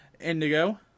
Indigo